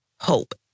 Hope